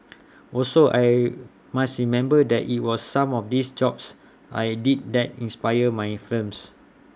also I must remember that IT was some of these jobs I did that inspired my films